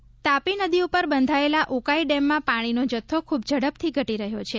Ukai dam જળસ્તર તાપી નદી ઉપર બંધાયેલા ઉકાઇ ડેમમાં પાણીનો જથ્થો ખુબ ઝડપથી ઘટી રહ્યો છે